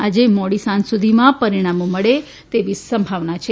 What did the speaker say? આજે મોડી સાં સુધીમાં પરીણામો મળે તેવી સંભાવના છે